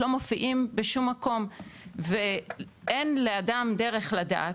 לא מופיעים בשום מקום ואין לאדם דרך לדעת,